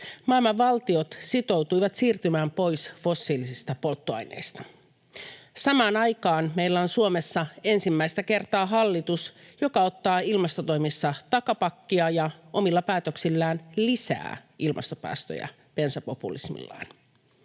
Maailman valtiot sitoutuivat siirtymään pois fossiilisista polttoaineista. Samaan aikaan meillä on Suomessa ensimmäistä kertaa hallitus, joka ottaa ilmastotoimissa takapakkia ja omilla päätöksillään lisää ilmastopäästöjä bensapopulismillaan.